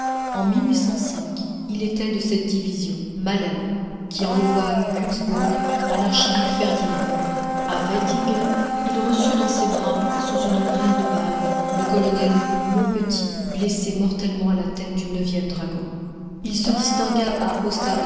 en il était de cette division malher qui enleva günzbourg à l'archiduc ferdinand à weltingen il reçut dans ses bras sous une grêle de balles le colonel maupetit blessé mortellement à la tête du ème dragons il se distingua à